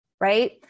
Right